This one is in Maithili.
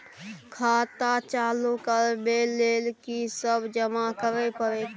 खाता चालू करबै लेल की सब जमा करै परतै?